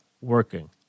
working